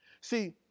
See